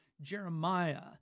Jeremiah